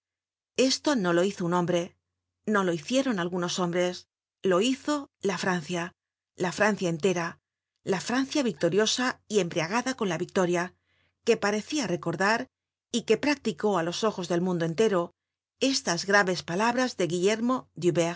esto no lo hizo un hombre no lo hicieron algunos hombres lo hizo la francia la francia entera la francia victoriosa y embriagada con la victoria que parecia recordar y que practicó á los ojos del mundo entero estas graves palabras de guillermo